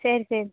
சரி சரி